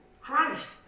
Christ